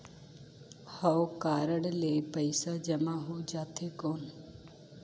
हव कारड ले पइसा जमा हो जाथे कौन?